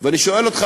ואני שואל אותך,